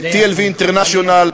TLV International,